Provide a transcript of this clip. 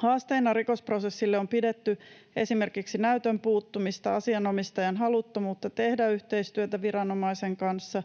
Haasteena rikosprosessille on pidetty esimerkiksi näytön puuttumista, asianomistajan haluttomuutta tehdä yhteistyötä viranomaisen kanssa,